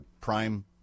Prime